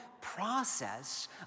process